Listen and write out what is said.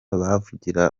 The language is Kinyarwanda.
bavugira